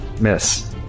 Miss